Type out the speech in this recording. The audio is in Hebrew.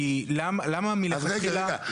כי למה מלכתחילה --- אז רגע, רגע.